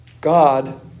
God